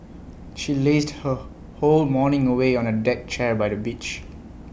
she lazed her whole morning away on A deck chair by the beach